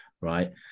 right